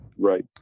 Right